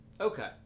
Okay